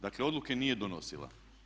Dakle odluke nije donosila.